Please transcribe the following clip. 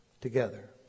together